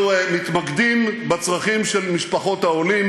אנחנו מתמקדים בצרכים של משפחות העולים,